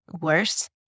worse